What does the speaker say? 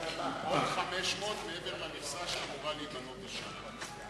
עוד 500 מעבר למכסה שאמורה להיבנות השנה.